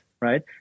right